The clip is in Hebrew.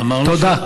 תודה.